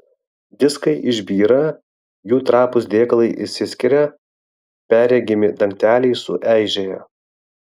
diskai išbyra jų trapūs dėklai išsiskiria perregimi dangteliai sueižėja